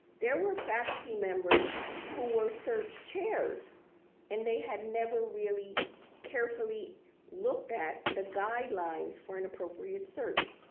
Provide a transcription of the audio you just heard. there were faculty members who were search chairs and they had never really carefully looked at the guidelines for an appropriate search.